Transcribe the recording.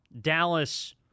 Dallas